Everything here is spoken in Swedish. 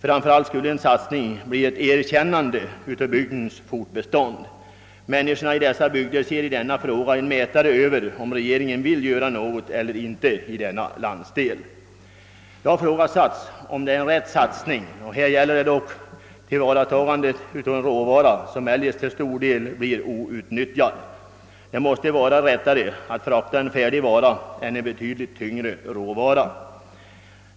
Framför allt skulle en satsning bli ett erkännande av bygdens fortbestånd. Människorna i dessa bygder ser i denna fråga en mätare på om regeringen vill göra något eller inte i denna landsdel. Det har ifrågasatts om denna fabrik är en riktig satsning. Här gäller det dock att tillvarata en råvara som eljest till stor del skulle bli outnyttjad. Det måste vara riktigare att frakta en färdig vara än en betydligt tyngre råvara.